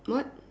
what